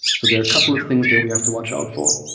so, there are a couple of things that we have to watch out for